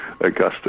Augusta